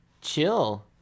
Chill